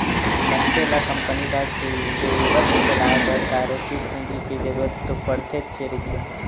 मनखे ल कंपनी ल सुबेवत चलाय बर कार्यसील पूंजी के जरुरत तो पड़तेच रहिथे